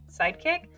sidekick